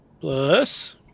plus